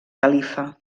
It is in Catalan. califa